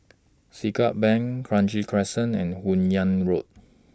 Siglap Bank Kranji Crescent and Hun Yeang Road